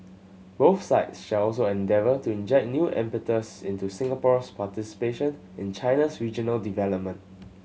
both sides shall also endeavour to inject new impetus into Singapore's participation in China's regional development